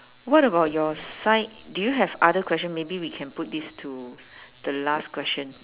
what about your side do you have other question maybe we can put this to the last question